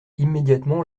immédiatement